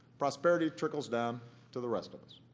prosperity trickles down to the rest of us.